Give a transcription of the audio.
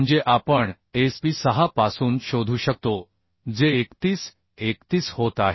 म्हणजे आपण SP 6 पासून शोधू शकतो जे 31 31 होत आहे